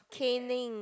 caning